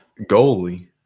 Goalie